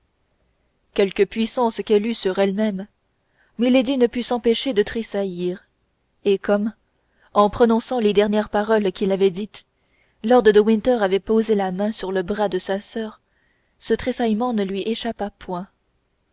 quelque puissance qu'elle eût sur elle-même milady ne put s'empêcher de tressaillir et comme en prononçant les dernières paroles qu'il avait dites lord de winter avait posé la main sur le bras de sa soeur ce tressaillement ne lui échappa point